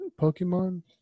Pokemon